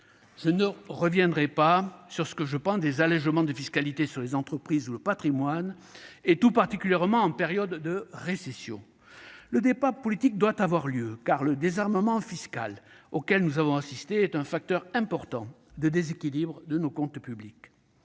Je ne reviendrai pas sur ce que je pense des allégements de fiscalité sur les entreprises ou le patrimoine, tout particulièrement en période de récession. Le débat politique doit avoir lieu, car le « désarmement fiscal » auquel nous avons assisté est un facteur important de déséquilibre de nos comptes publics.